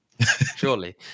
surely